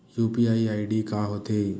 UPI ID का होथे?